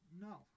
No